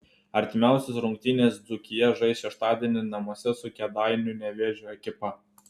artimiausias rungtynes dzūkija žais šeštadienį namuose su kėdainių nevėžio ekipa